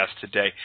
today